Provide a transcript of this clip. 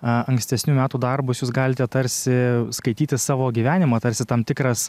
ankstesnių metų darbus jūs galite tarsi skaityti savo gyvenimą tarsi tam tikras